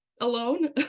alone